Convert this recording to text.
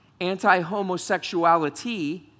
anti-homosexuality